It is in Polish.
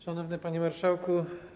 Szanowny Panie Marszałku!